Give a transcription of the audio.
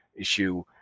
issue